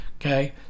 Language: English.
okay